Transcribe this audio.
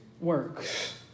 works